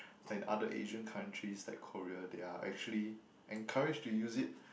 like in other Asian countries like Korea they are actually encouraged to use it